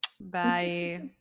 Bye